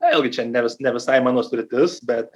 na vėlgi čia ne vis ne visai mano sritis bet